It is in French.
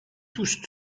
tous